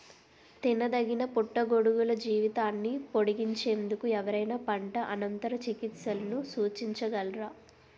తినదగిన పుట్టగొడుగుల జీవితాన్ని పొడిగించేందుకు ఎవరైనా పంట అనంతర చికిత్సలను సూచించగలరా?